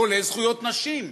כולל זכויות נשים.